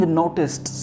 noticed